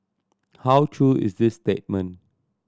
how true is this statement